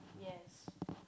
yes